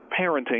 parenting